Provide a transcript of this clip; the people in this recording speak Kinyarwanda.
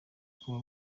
kuba